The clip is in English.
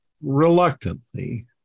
reluctantly